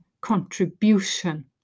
contribution